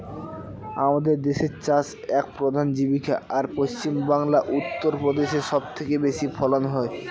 আমাদের দেশের চাষ এক প্রধান জীবিকা, আর পশ্চিমবাংলা, উত্তর প্রদেশে সব চেয়ে বেশি ফলন হয়